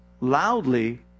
loudly